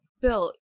bill